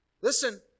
listen